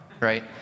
Right